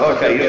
Okay